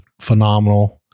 phenomenal